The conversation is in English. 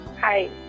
Hi